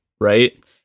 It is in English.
right